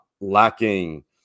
lacking